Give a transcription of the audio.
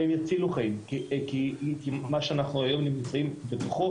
והן יצילו חיים כי מה שאנחנו היום נמצאים בתוכו,